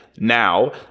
Now